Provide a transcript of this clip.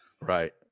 Right